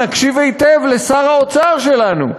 נקשיב היטב לשר האוצר שלנו.